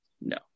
No